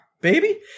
baby